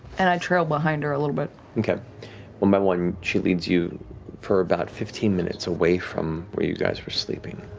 and i trail behind her a little bit. matt and kind of one by one, she leads you for about fifteen minutes away from where you guys were sleeping.